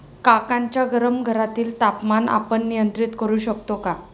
काकांच्या गरम घरातील तापमान आपण नियंत्रित करु शकतो का?